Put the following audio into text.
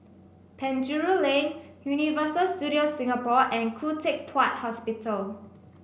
Penjuru Lane Universal Studios Singapore and Khoo Teck Puat Hospital